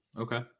Okay